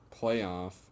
playoff